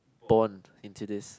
born into this